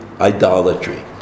idolatry